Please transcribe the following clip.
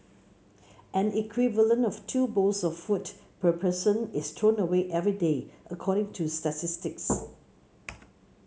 an equivalent of two bowls of food per person is thrown away every day according to statistics